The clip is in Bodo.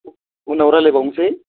उनाव रायलाय बावनोसै